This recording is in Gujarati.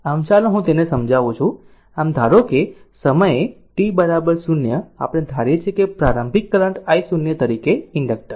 આમ ચાલો હું તેને સમજાવું છું આમ ધારે છે કે સમયે t 0 આપણે ધારીએ છીએ કે પ્રારંભિક કરંટ I0 તરીકે ઇન્ડક્ટર